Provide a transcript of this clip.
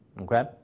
okay